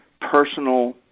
personal